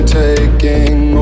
taking